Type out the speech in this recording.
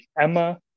Emma